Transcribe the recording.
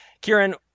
Kieran